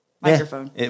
microphone